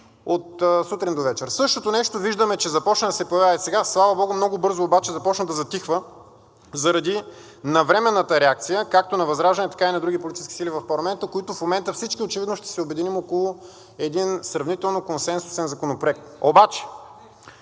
от сутрин до вечер. Същото нещо виждаме, че започна да се появява и сега. Слава богу, много бързо обаче започна да затихва заради навременната реакция както на ВЪЗРАЖДАНЕ, така и на други политически сили в парламента, които в момента всички очевидно ще се обединим около един сравнително консенсусен законопроект. Обаче